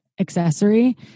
accessory